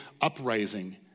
uprising